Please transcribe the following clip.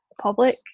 public